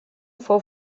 fou